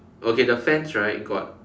okay the fence right got